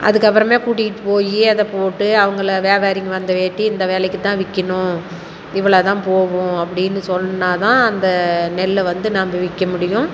அதுக்கப்புறமே கூட்டிக்கிட்டு போய் அதை போட்டு அவங்கள வியாபாரிங்க வந்தவேட்டி இந்த விலைக்குதான் விக்கணும் இவ்வளோவுதான் போகும் அப்படின்னு சொன்னால் தான் அந்த நெல்லை வந்து நம்ம விற்க முடியும்